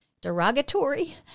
derogatory